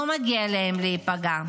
לא מגיע להם להיפגע.